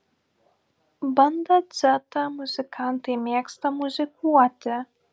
banda dzeta muzikantai mėgsta muzikuoti